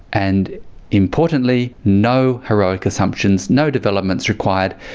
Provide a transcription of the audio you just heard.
and importantly, no heroic assumptions, no developments required.